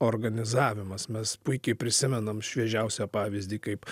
organizavimas mes puikiai prisimenam šviežiausią pavyzdį kaip